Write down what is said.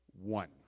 One